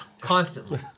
constantly